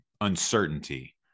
uncertainty